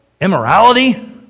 immorality